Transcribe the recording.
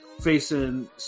facing